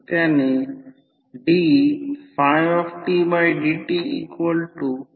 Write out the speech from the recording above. उदाहरणार्थ समजा N1 50 आणि N2 100 50 टर्न आणि 100 टर्न म्हणा